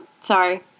Sorry